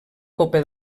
copa